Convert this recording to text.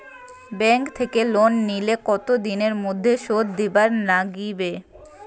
Bank থাকি loan নিলে কতো দিনের মধ্যে শোধ দিবার নাগিবে?